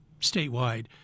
statewide